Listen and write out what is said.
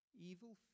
Evil